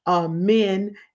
men